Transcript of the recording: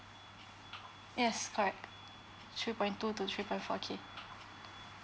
yes correct three point two to three point four K